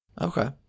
okay